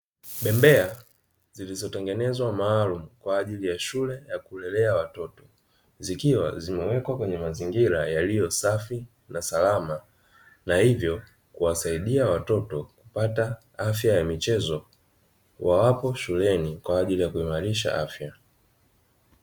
Bembea zilizotengenezwa maalumu kwa ajili ya shule za kulelea watoto zikiwa zimewekwa kwenye mazingira yaliyo safi na salama na hivyo kuwasaidia watoto kupata afya ya michezo wawapo shuleni kwa ajili ya kuimarisha afya.